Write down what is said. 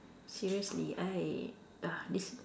seriously I uh this